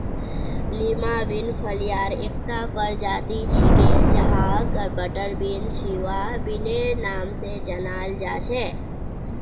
Lima bean फलियार एकता प्रजाति छिके जहाक बटरबीन, सिवा बिनेर नाम स जानाल जा छेक